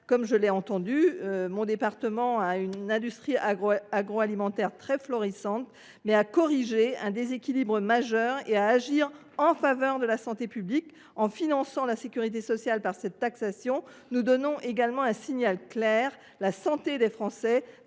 alimentaire – mon département a une industrie agroalimentaire très florissante –, mais à corriger un déséquilibre majeur et à agir en faveur de la santé publique, en finançant la sécurité sociale par la taxation proposée. Nous voulons également envoyer un signal clair : la santé des Français